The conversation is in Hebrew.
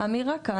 האמירה כאן,